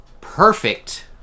perfect